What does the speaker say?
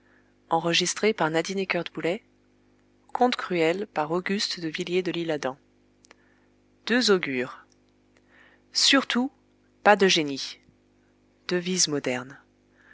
deux augures surtout pas de génie devise moderne